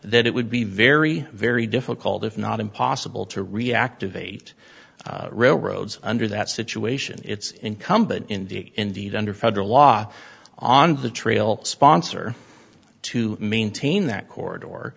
that it would be very very difficult if not impossible to reactivate railroads under that situation it's incumbent indeed indeed under federal law on the trail of sponsor to maintain that co